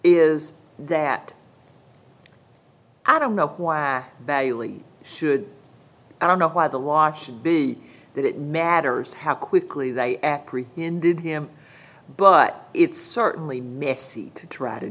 is that i don't know why i value should i don't know why the law should be that it matters how quickly they apprehended him but it's certainly messy to try to